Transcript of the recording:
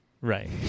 Right